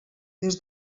des